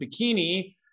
bikini